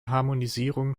harmonisierung